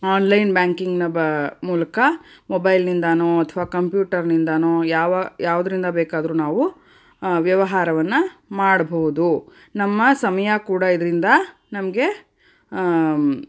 online ಬ್ಯಾಂಕಿಂಗ್ನ ಬ ಮೂಲಕ ಮೊಬೈಲ್ನಿಂದಾನೋ ಅಥವಾ ಕಂಪ್ಯೂಟರ್ನಿಂದಾನೋ ಯಾವ ಯಾವುದ್ರಿಂದ ಬೇಕಾದ್ರೂ ನಾವು ವ್ಯವಹಾರವನ್ನು ಮಾಡಬಹುದು ನಮ್ಮ ಸಮಯ ಕೂಡ ಇದರಿಂದ ನಮಗೆ